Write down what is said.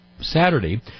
Saturday